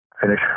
finish